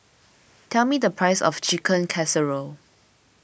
tell me the price of Chicken Casserole